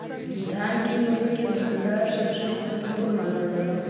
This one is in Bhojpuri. धन के मूल्य के भंडार सबसे महत्वपूर्ण मानल जाला